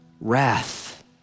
wrath